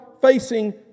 facing